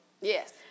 Yes